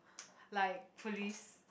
like police